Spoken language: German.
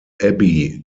abby